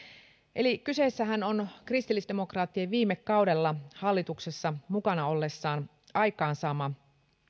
eli kyseessähän on kristillisdemokraattien viime kaudella hallituksessa mukana ollessaan aikaansaama